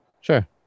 Sure